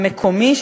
המקומי,